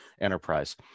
Enterprise